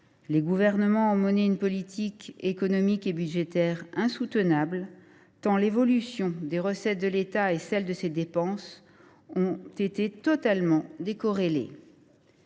les gouvernements ont mené une politique économique et budgétaire insoutenable, l’évolution des recettes de l’État et celle de ses dépenses ayant été totalement décorrélées.